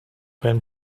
beim